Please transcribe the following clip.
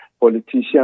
politicians